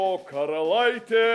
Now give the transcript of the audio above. o karalaitė